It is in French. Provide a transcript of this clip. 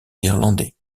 irlandais